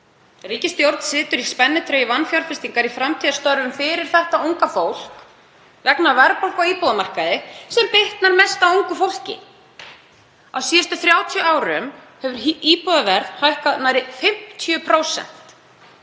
Ríkisstjórnin situr í spennitreyju vanfjárfestingar í framtíðarstörfum fyrir þetta unga fólk vegna verðbólgu á íbúðamarkaði, sem bitnar mest á ungu fólki. Á síðustu 30 árum hefur íbúðaverð hækkað um nærri 50%